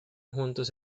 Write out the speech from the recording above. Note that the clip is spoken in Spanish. juntos